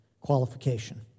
qualification